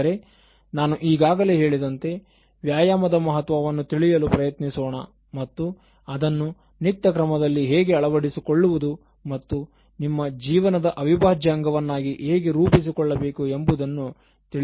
ಆದರೆ ನಾನು ಈಗಾಗಲೇ ಹೇಳಿದಂತೆ ವ್ಯಾಯಾಮದ ಮಹತ್ವವನ್ನು ತಿಳಿಯಲು ಪ್ರಯತ್ನಿಸೋಣ ಮತ್ತು ಅದನ್ನು ನಿತ್ಯ ಕ್ರಮದಲ್ಲಿ ಹೇಗೆ ಅಳವಡಿಸಿಕೊಳ್ಳುವುದು ಮತ್ತು ನಿಮ್ಮ ಜೀವನದ ಅವಿಭಾಜ್ಯ ಅಂಗವನ್ನಾಗಿ ಹೇಗೆ ರೂಪಿಸಿಕೊಳ್ಳಬೇಕು ಎಂಬುದನ್ನು ತಿಳಿಯೋಣ